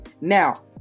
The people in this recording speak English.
now